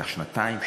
ייקח שנתיים,